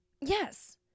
Yes